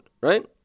right